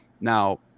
Now